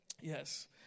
Yes